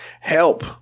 help